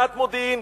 מעט מודיעין,